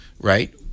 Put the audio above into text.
Right